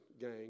gang